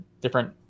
different